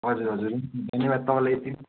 हजुर हजुर धन्यवाद तपाईँलाई